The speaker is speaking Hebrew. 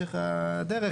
בהמשך הדרך,